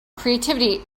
creativity